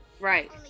right